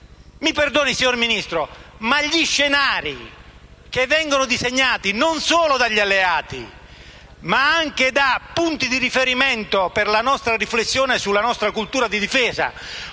Mi perdoni, signor Ministro, ma gli scenari che vengono disegnati non solo dagli alleati, ma anche da punti di riferimento per la nostra riflessione sulla nostra cultura di difesa,